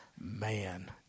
man